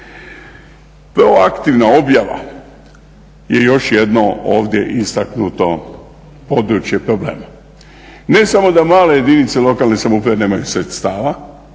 Proaktivna objava je još jedno ovdje istaknuto područje problema. Ne samo da male jedinice lokalne samouprave nemaju sredstava